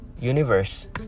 universe